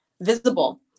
visible